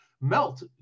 melt